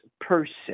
person